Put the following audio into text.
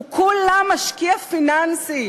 הוא כולה משקיע פיננסי,